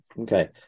Okay